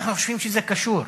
אנחנו חושבים שזה קשור.